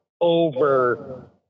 over